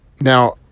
now